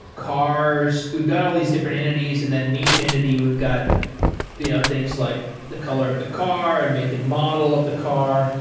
cars. we've got all these different entities and then in each entity we've got ah things like the color of the car and make and model of the car.